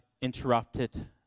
interrupted